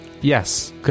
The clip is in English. Yes